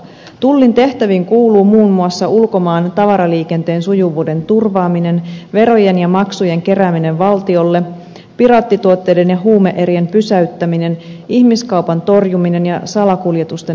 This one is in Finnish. tullin tehtäviin kuuluu muun muassa ulkomaan tavaraliikenteen sujuvuuden turvaaminen verojen ja maksujen kerääminen valtiolle piraattituotteiden ja huume erien pysäyttäminen ihmiskaupan torjuminen ja salakuljetusten löytyminen